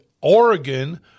Oregon